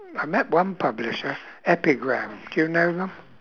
I met one publisher epigram do you know them